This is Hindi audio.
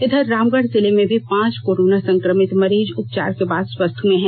इधर रामगढ़ जिले में भी पांच कोरोना संक्रमित मरीज उपचार के बाद स्वस्थ हुए हैं